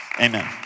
amen